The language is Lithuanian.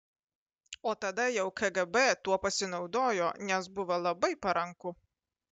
o tada jau kgb tuo pasinaudojo nes buvo labai paranku